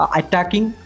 attacking